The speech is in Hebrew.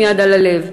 עם יד על הלב,